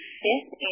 fifth